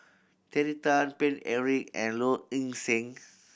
Terry Tan Paine Eric and Low Ing Sing